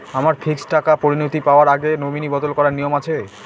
আমার ফিক্সড টাকা পরিনতি পাওয়ার আগে নমিনি বদল করার নিয়ম আছে?